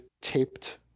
taped